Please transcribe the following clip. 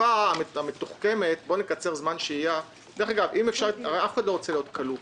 דרך אגב, אף אחד לא רוצה להיות כלוא.